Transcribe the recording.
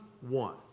one